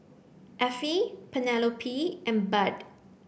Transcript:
Effie Penelope and Bud